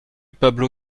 pablo